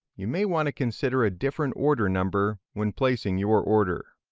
you may want to consider a different order number when placing your order.